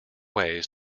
ways